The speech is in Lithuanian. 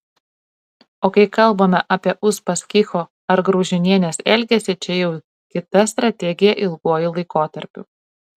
o kai kalbame apie uspaskicho ar graužinienės elgesį čia jau kita strategija ilguoju laikotarpiu